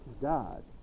God